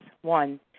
one